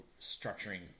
structuring